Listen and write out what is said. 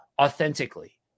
authentically